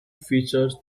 features